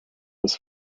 was